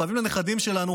חייבים לנכדים שלנו,